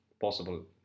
possible